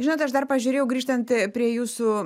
žinot aš dar pažiūrėjau grįžtant prie jūsų